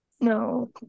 no